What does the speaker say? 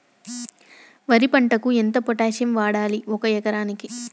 వరి పంటకు ఎంత పొటాషియం వాడాలి ఒక ఎకరానికి?